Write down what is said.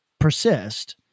persist